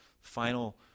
Final